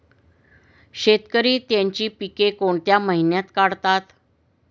शेतकरी त्यांची पीके कोणत्या महिन्यात काढतात?